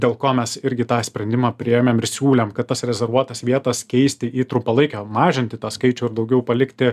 dėl ko mes irgi tą sprendimą priėmėm ir siūlėm kad tas rezervuotas vietas keisti į trumpalaikę mažinti tą skaičių ir daugiau palikti